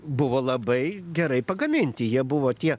buvo labai gerai pagaminti jie buvo tie